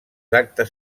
actes